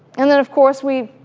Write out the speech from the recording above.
and then of course we,